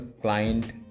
client